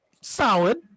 solid